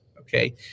okay